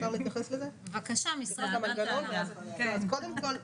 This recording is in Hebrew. אז קודם כל,